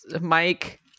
Mike